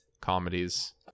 comedies